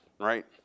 right